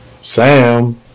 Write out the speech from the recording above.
Sam